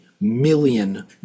million